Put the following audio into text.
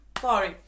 Sorry